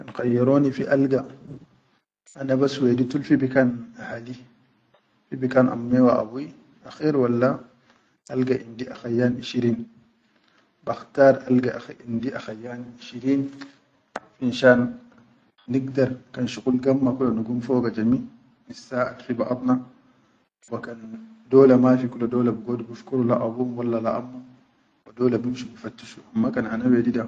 Kan kayyaroni fi alga anabas wehdi fi bikan ahli fi bikan ammi wa abuyi, akher walla alga indi akhayan ishirin bakhtar alga indi akhayan ishirin finshan nigdar kan shuqul gamma kula na gum foga jami, nissaʼad fi baʼat na wa kan dola mafi kula dola bigodu bifkuru le abuhum walla le amhum wa dola binshu bi fattishu amma kan ana wedi da.